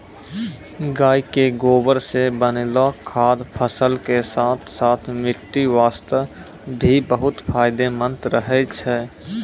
गाय के गोबर सॅ बनैलो खाद फसल के साथॅ साथॅ मिट्टी वास्तॅ भी बहुत फायदेमंद रहै छै